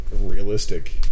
realistic